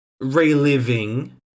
reliving